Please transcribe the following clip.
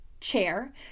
chair